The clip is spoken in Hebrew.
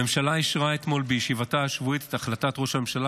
הממשלה אישרה אתמול בישיבתה השבועית את החלטת ראש הממשלה